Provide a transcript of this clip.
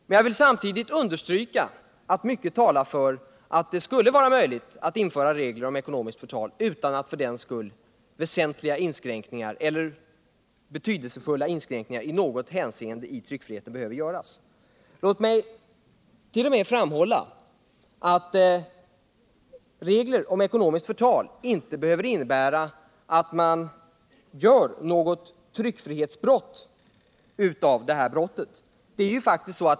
Men jag vill samtidigt understryka att mycket talar för att det skulle vara möjligt att införa regler om ekonomiskt förtal utan att för den skull betydelsefulla inskränkningar i tryckfriheten i något hänseende behöver göras. Jag vill också betona att regler om ekonomiskt förtal inte nödvändigtvis behöver innebära att den som bryter mot reglerna gör sig skyldig till tryckfrihetsbrott.